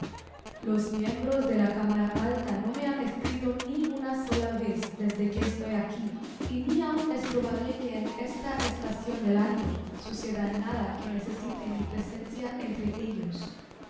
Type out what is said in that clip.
los miembros de la cámara alta no me han escrito ni una sola vez desde que estoy aqui y ni aun es probable que en esta estacion del año suceda nada que necesite mi presencia entre ellos